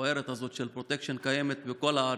המכוערת הזאת של פרוטקשן קיימת בכל הארץ,